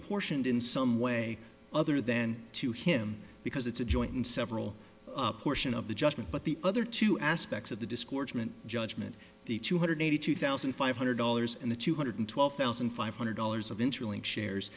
apportioned in some way other than to him because it's a joint and several portion of the judgment but the other two aspects of the discourse meant judgment the two hundred eighty two thousand five hundred dollars and the two hundred twelve thousand five hundred dollars of interlink shares